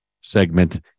segment